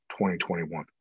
2021